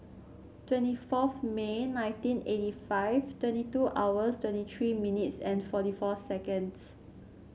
twenty fourth May nineteen eighty five twenty two hours twenty three minutes and forty four seconds